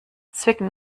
zwicken